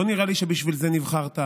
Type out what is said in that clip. לא נראה לי שבשביל זה נבחרת,